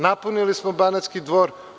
Napunili smo Banatski Dvor.